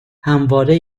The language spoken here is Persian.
همواره